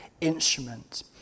instrument